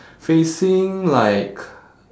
facing like